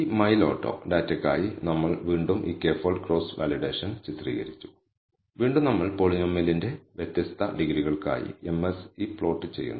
ഈ mile auto ഡാറ്റയ്ക്കായി നമ്മൾ വീണ്ടും ഈ കെ ഫോൾഡ് ക്രോസ് വാലിഡേഷൻ ചിത്രീകരിച്ചു വീണ്ടും നമ്മൾ പോളിനോമിയലിന്റെ വ്യത്യസ്ത ഡിഗ്രികൾക്കായി MSE പ്ലോട്ട് ചെയ്യുന്നു